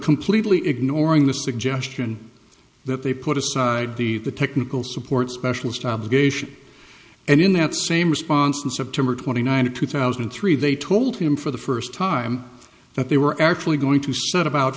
completely ignoring the suggestion that they put aside the technical support specialist obligation and in that same response to september twenty ninth two thousand and three they told him for the first time that they were actually going to set about